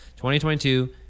2022